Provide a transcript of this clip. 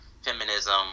Feminism